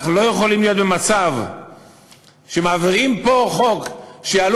אנחנו לא יכולים להיות במצב שמעבירים פה חוק שיעלה